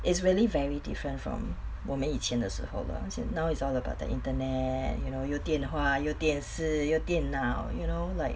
is really very different from 我们以前的时候了先 now is all about the internet you know 又电话又电视又电脑 now you know like